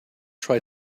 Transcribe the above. try